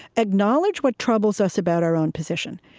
acknowledge what troubles us about our own position.